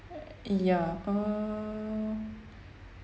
ya err